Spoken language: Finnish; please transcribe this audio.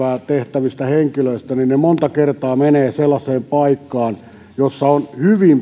tekevistä henkilöistä he monta kertaa menevät sellaiseen paikkaan josta on hyvin pienet